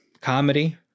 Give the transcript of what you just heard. comedy